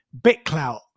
BitClout